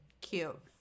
Cute